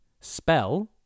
Spell